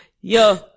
Yo